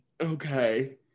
Okay